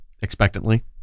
expectantly